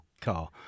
car